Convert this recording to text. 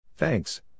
Thanks